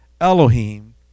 Elohim